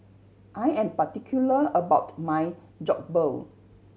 I am particular about my Jokbal